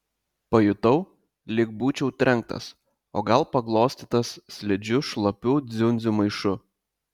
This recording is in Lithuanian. pajutau lyg būčiau trenktas o gal paglostytas slidžiu šlapių dziundzių maišu